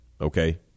okay